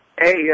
Hey